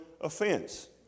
offense